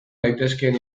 daitezkeen